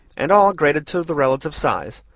and all graded to the relative size,